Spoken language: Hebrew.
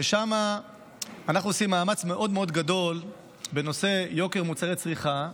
שבה אנחנו עושים מאמץ מאוד מאוד גדול בנושא יוקר מוצרי צריכה,